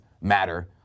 matter